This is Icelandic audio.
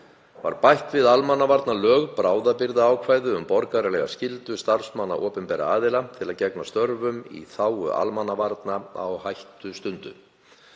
var bætt við almannavarnalög bráðabirgðaákvæði um borgaralega skyldu starfsmanna opinberra aðila til að gegna störfum í þágu almannavarna á hættustundu.